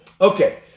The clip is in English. Okay